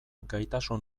gaitasun